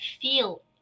feel